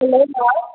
hello कोन